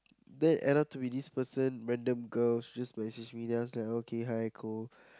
then end up to be this person random girl she just message me then I was like okay hi cool